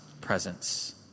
presence